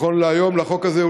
נכון להיום, לחוק הזה.